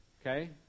okay